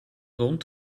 rond